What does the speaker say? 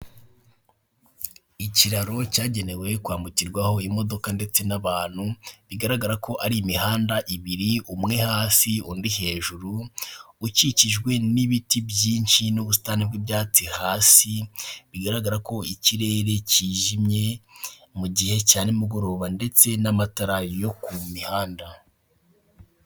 Ikiraro cyagenewe kwambukirwaho imodoka ndetse n'abantu bigaragara ko ari imihanda ibiri umwe hasi undi hejuru ukikijwe n'ibiti byinshi n'ubusitani bwi'ibyatsi hasi bigaragara ko ikirere kijimye mu gihe cya ni mugoroba ndetse n'amatarari yo ku mihanda.